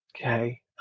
Okay